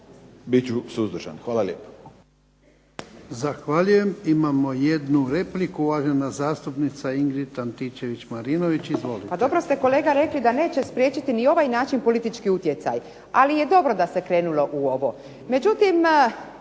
ću suzdržan. Hvala lijepo.